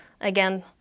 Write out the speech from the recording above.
Again